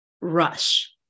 Rush